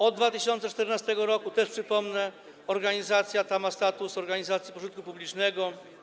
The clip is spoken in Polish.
Od 2014 r. - też przypomnę - organizacja ta ma status organizacji pożytku publicznego.